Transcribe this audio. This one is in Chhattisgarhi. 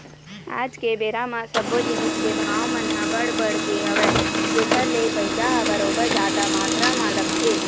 आज के बेरा म सब्बो जिनिस के भाव मन ह बड़ बढ़ गे हवय जेखर ले पइसा ह बरोबर जादा मातरा म लगथे